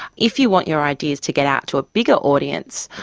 if you want your ideas to get out to a bigger audience,